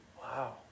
Wow